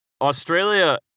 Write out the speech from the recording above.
Australia